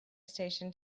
station